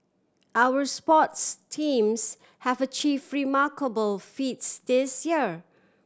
our sports teams have achieve remarkable feats this year